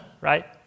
right